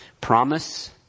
Promise